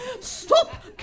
Stop